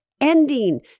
ending